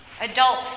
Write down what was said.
Adults